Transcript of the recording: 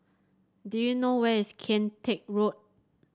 do you know where is Kian Teck Road